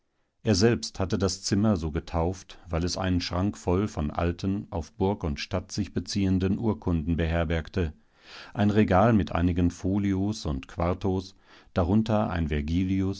er selbst hatte das zimmer so getauft weil es einen schrank voll von alten auf burg und stadt sich beziehenden urkunden beherbergte ein regal mit einigen folios und quartos darunter ein